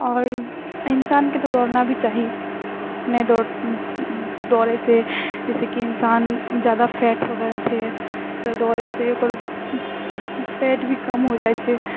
आओर इन्सानके तऽ दौड़ना भी चाही नहि दौड़ दौड़ै से जैसे कि इन्सान जादा फैट हो रहल छै तऽ दौड़ै से ओकर फैट भी कम हो जाइ छै